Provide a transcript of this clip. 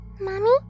Mommy